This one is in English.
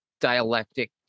dialectic